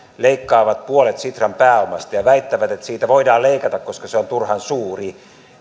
leikkaavat puolet sitran pääomasta ja väittävät että siitä voidaan leikata koska se on turhan suuri